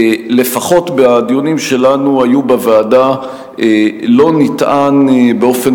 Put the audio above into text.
לפחות בדיונים שלנו בוועדה לא נטען באופן